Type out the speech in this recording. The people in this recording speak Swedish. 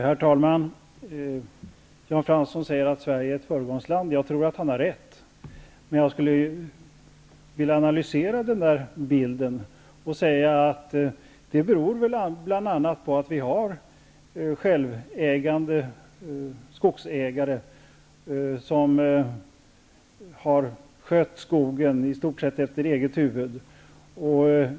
Herr talman! Jan Fransson säger att Sverige är ett föregångsland, och jag tror att han har rätt. Men jag skulle vilja analysera den bilden och säga att det bl.a. beror på att vi har självägande skogsägare, som har skött skogen i stort sett efter eget huvud.